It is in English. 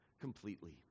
completely